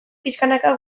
pixkanaka